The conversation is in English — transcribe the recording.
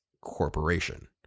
corporation